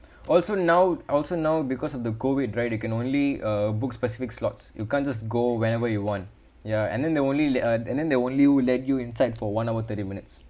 also now also now because of the COVID right you can only uh book specific slots you can't just go whenever you want ya and then they only let and then they only let you inside for one hour thirty minutes